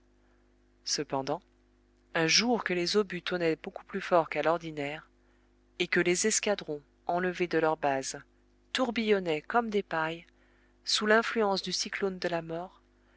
cependant un jour que les obus tonnaient beaucoup plus fort qu'à l'ordinaire et que les escadrons enlevés de leur base tourbillonnaient comme des pailles sous l'influence du cyclone de la mort